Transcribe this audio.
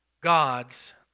God's